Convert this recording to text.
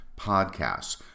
podcasts